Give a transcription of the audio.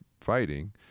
fighting